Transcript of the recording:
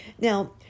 Now